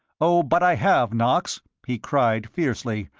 oh, but i have, knox! he cried, fiercely,